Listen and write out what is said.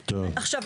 עכשיו,